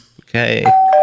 okay